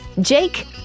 Jake